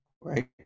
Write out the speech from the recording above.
right